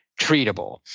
treatable